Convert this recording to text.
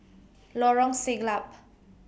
Lorong Siglap